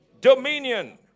Dominion